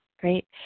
Great